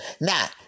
Now